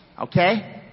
Okay